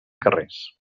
carrers